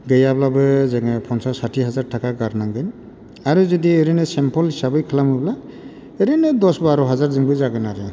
गैयाब्लाबो जोङो फनसास साथि हाजार थाखा गारनांगोन आरो जुदि ओरैनो सिमपल हिसाबै खालामोब्ला ओरैनो दस बार' हाजारजोंबो जागोन आरो